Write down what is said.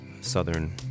southern